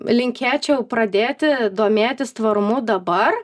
linkėčiau pradėti domėtis tvarumu dabar